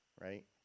right